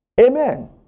Amen